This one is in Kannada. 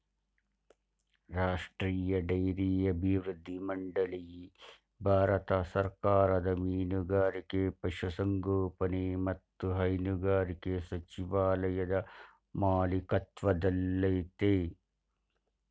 ರಾಷ್ಟ್ರೀಯ ಡೈರಿ ಅಭಿವೃದ್ಧಿ ಮಂಡಳಿ ಭಾರತ ಸರ್ಕಾರದ ಮೀನುಗಾರಿಕೆ ಪಶುಸಂಗೋಪನೆ ಮತ್ತು ಹೈನುಗಾರಿಕೆ ಸಚಿವಾಲಯದ ಮಾಲಿಕತ್ವದಲ್ಲಯ್ತೆ